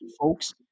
folks